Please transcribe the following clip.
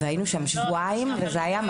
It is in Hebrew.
היינו שם שבועיים וזה היה מסע.